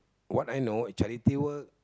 what I know charity work